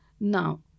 Now